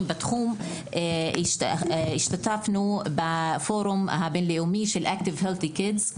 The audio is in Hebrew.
בתחום השתתפנו בפורום הבינלאומי של Active Healthy Kids.